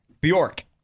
Bjork